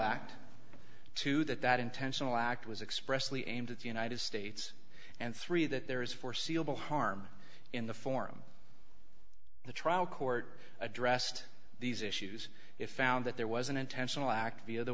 act two that that intentional act was expressly aimed at the united states and three that there is foreseeable harm in the form the trial court addressed these issues if found that there was an intentional act via the